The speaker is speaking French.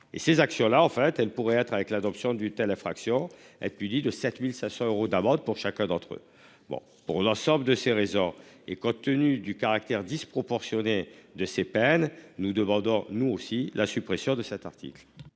et ces actions là en fait, elle pourrait être avec l'adoption d'une telle infraction et depuis 10 de 7500 euros d'amende pour chacun d'entre eux. Bon pour l'ensemble de ces raisons et compte tenu du caractère disproportionné de ses peines. Nous demandons nous aussi la suppression de cet article.